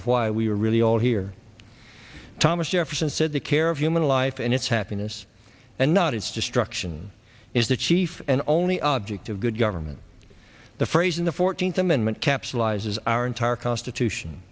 of why we are really all here thomas jefferson said the care of human life and its happiness and not its destruction is the chief and only object of good government the phrase in the fourteenth amendment capsulizes our entire constitution